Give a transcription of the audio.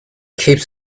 keeps